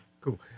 Cool